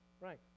Right